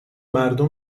مردم